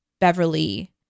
Beverly